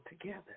together